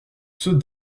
ceux